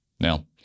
Now